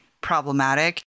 problematic